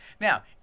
Now